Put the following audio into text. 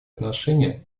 отношения